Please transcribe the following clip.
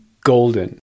golden